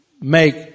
make